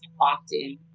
often